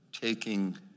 taking